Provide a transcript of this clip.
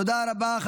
תודה רבה.